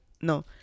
no